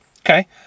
Okay